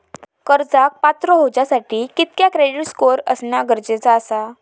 कर्जाक पात्र होवच्यासाठी कितक्या क्रेडिट स्कोअर असणा गरजेचा आसा?